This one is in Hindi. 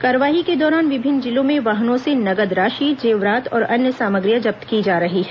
कार्रवाई के दौरान विभिन्न जिलों में वाहनों से नगद राशि जेवरात और अन्य सामग्रियां जब्त की जा रही हैं